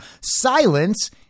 Silence